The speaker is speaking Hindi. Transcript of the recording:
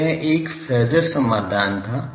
अब यह एक फेज़र समाधान था